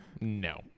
no